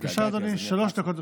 דקות לרשותך.